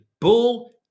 bull